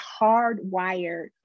hardwired